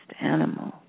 animal